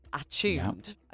attuned